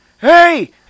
Hey